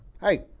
hey